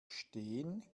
steen